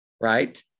right